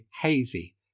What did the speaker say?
hazy